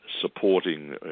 supporting